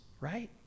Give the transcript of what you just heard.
right